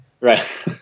right